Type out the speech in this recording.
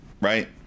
Right